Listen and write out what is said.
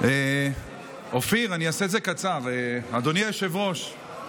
איסור קבלת תרומות מיישוב שיתופי),